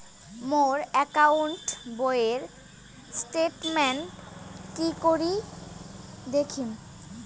মোর account বইয়ের statement কি করি দেখিম?